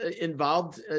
involved